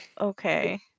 Okay